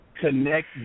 connect